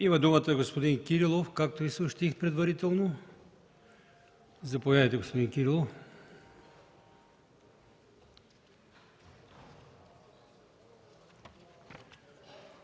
Има думата господин Кирилов, както Ви съобщих предварително. Заповядайте, господин Кирилов.